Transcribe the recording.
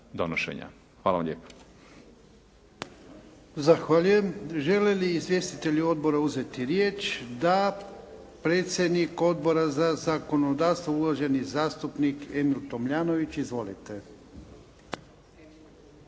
Hvala vam lijepa.